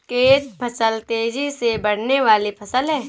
catch फसल तेजी से बढ़ने वाली फसल है